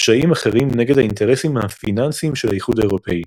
ופשעים אחרים נגד האינטרסים הפיננסיים של האיחוד האירופי,